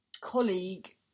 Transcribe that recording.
colleague